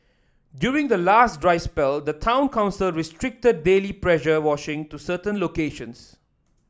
during the last dry spell the town council restricted daily pressure washing to certain locations